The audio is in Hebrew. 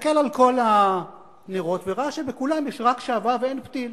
הסתכל על כל הנרות וראה שבכל הנרות יש רק שעווה ואין פתיל.